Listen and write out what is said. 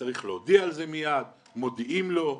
צריך להודיע על זה מיד - מודיעים לו.